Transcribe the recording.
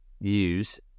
use